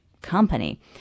company